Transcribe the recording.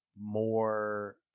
more